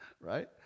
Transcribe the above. right